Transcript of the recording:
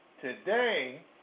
Today